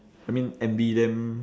I mean envy them